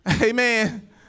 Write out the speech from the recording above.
Amen